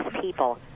people